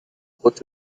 خوش